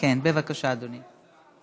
בבקשה, אדוני.